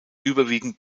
überwiegend